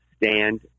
stand